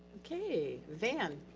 okay, van.